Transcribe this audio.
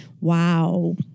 wow